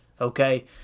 Okay